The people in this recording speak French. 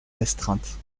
restreinte